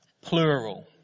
plural